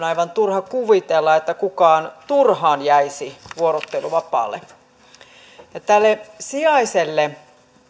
aivan turha kuvitella että kukaan turhaan jäisi vuorotteluvapaalle sijaiselle